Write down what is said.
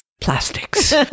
Plastics